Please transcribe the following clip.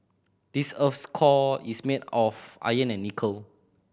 this earth's core is made of iron and nickel